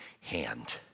hand